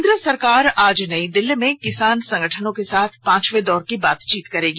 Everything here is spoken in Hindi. केंद्र सरकार आज नई दिल्ली में किसान संगठनों के साथ पांचवें दौर की बातचीत करेगी